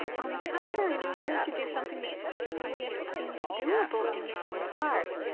on the contrary, we wanted to do something that really seemed doable in some part.